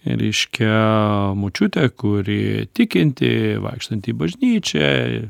reiškia močiutė kuri tikinti vaikštanti į bažnyčią